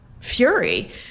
fury